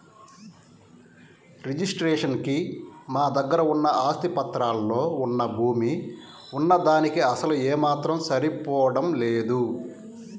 registration కి మా దగ్గర ఉన్న ఆస్తి పత్రాల్లో వున్న భూమి వున్న దానికీ అసలు ఏమాత్రం సరిపోడం లేదు